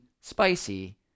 spicy